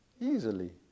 easily